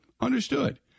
Understood